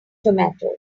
tomatoes